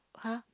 !huh!